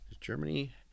Germany